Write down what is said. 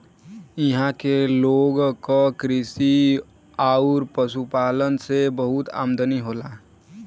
इहां के लोग क कृषि आउर पशुपालन से बहुत आमदनी होला